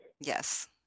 Yes